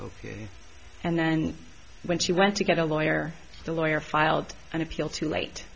ok and then when she went to get a lawyer the lawyer filed an appeal too late